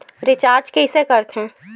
Recharge कइसे कर थे?